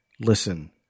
listen